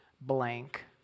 blank